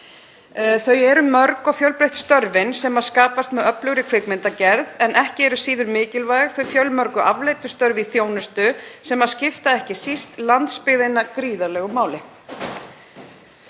Þau eru mörg og fjölbreytt störfin sem skapast með öflugri kvikmyndagerð en ekki eru síður mikilvæg þau fjölmörgu afleiddu störf í þjónustu sem skipta ekki síst landsbyggðina gríðarlegu máli.